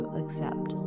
accept